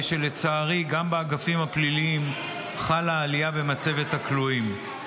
לצערי גם באגפים הפליליים חלה עלייה במצבת הכלואים.